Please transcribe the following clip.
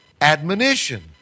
admonition